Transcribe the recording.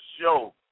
show